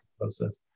process